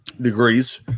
Degrees